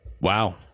Wow